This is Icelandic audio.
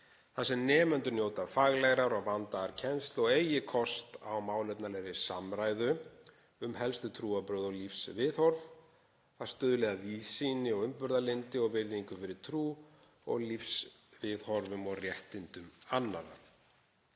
þar sem nemendur njóta faglegrar og vandaðrar kennslu og eigi kost á málefnalegri samræðu um helstu trúarbrögð og lífsviðhorf. Það stuðli að víðsýni og umburðarlyndi og virðingu fyrir trú og lífsviðhorfum og réttindum annarra.